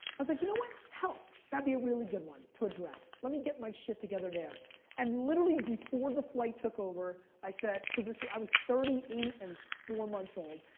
i was like, you know what, health. that'd be a really good one to address, let me get my shit together there and literally before the flight took over, i said, cause so i was thirty eight and four months old,